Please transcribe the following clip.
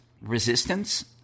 Resistance